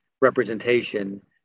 representation